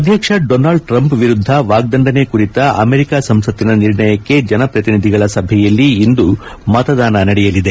ಅಧ್ಯಕ್ಷ Donald Trump ವಿರುದ್ದ ವಾಗ್ದಂಡನೆ ಕುರಿತ ಅಮೆರಿಕ ಸಂಸತ್ತಿನ ನಿರ್ಣಯಕ್ಷೆ ಜನಪ್ರತಿನಿಧಿಗಳ ಸಭೆಯಲ್ಲಿ ಇಂದು ಮತದಾನ ನಡೆಯಲಿದೆ